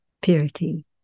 purity